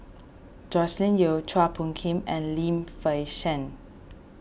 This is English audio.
Joscelin Yeo Chua Phung Kim and Lim Fei Shen